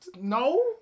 No